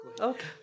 Okay